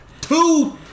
two